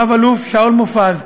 רא"ל שאול מופז,